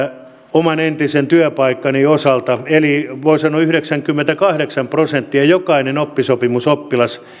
oman entisen työpaikkani osalta voi sanoa että yhdeksänkymmentäkahdeksan prosenttia eli jokainen oppisopimusoppilas